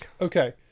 Okay